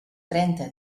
trenta